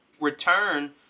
return